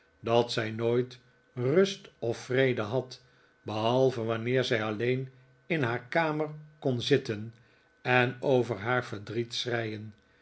dat zij nooit rust of vrede had behalve wanneer zij alleen in haar kamer kon zitten en over haar verdriet